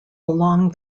along